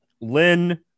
Lynn